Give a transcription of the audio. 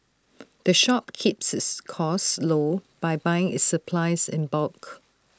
the shop keeps its costs low by buying its supplies in bulk